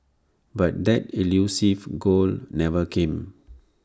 but that elusive goal never came